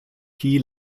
key